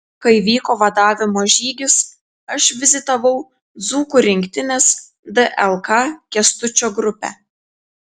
kai vyko vadavimo žygis aš vizitavau dzūkų rinktinės dlk kęstučio grupę